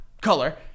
color